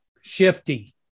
Shifty